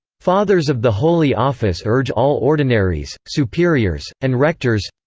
fathers of the holy office urge all ordinaries, superiors, and rectors.